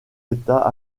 états